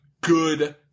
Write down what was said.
good